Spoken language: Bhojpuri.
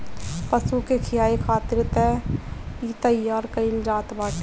पशु के खियाए खातिर इ तईयार कईल जात बाटे